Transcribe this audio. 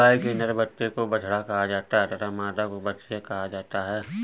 गाय के नर बच्चे को बछड़ा कहा जाता है तथा मादा को बछिया कहा जाता है